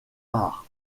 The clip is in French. arts